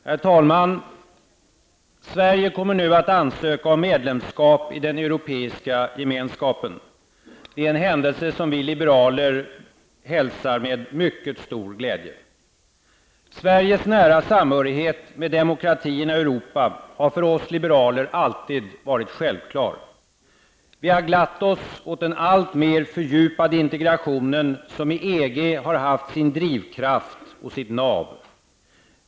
Herr talman! Sverige kommer nu att ansöka om medlemskap i den Europeiska gemenskapen. Det är en händelse som vi liberaler hälsar med mycket stor glädje. Sveriges nära samhörighet med demokratierna i Europa har för oss liberaler alltid varit självklar. Vi har glatt oss åt den alltmer fördjupade integrationen som i EG har haft sin drivkraft och sitt nav.